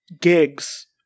gigs